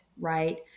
right